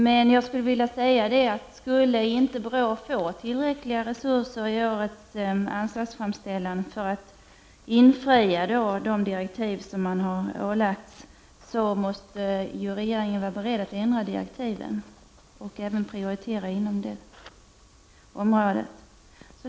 Men jag skulle vilja säga att skulle inte BRÅ få tillräckliga resurser i årets anslagsframställande för att infria de direktiv som man har ålagts, måste regeringen vara beredd att ändra direktiven och även prioritera inom det området.